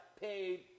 paid